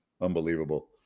Unbelievable